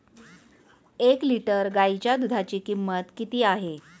एक लिटर गाईच्या दुधाची किंमत किती आहे?